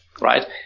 right